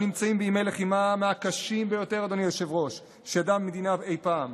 אנו נמצאים בימי לחימה מהקשים ביותר שידעה המדינה אי פעם.